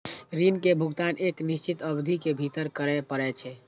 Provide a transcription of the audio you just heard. ऋण के भुगतान एक निश्चित अवधि के भीतर करय पड़ै छै